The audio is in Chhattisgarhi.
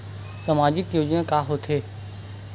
सामाजिक योजना का होथे?